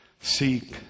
Seek